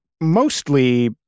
mostly